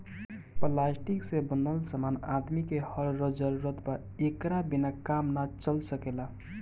plastic से बनल समान आदमी के हर रोज जरूरत बा एकरा बिना काम ना चल सकेला